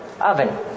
oven